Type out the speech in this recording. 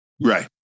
Right